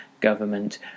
government